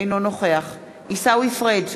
אינו נוכח עיסאווי פריג'